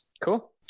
Cool